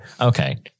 okay